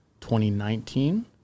2019